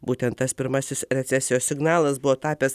būtent tas pirmasis recesijos signalas buvo tapęs